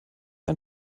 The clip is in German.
ein